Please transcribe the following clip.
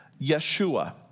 Yeshua